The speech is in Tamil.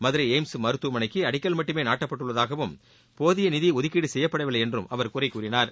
மதுரை எய்ம்ஸ் மருத்துவமனைக்கு அடிக்கல் மட்டுமே நாட்டப்பட்டுள்ளதாகவும் போதிய நிதி ஒதுக்கீடு செய்யப்படவில்லை என்றும் அவர் குறை கூறினார்